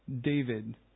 David